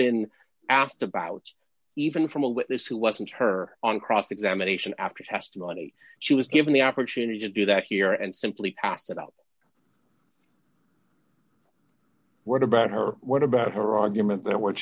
been asked about even from a witness who wasn't her on cross examination after testimony she was given the opportunity to do that here and simply asked about what about her what about her argument that wh